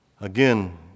Again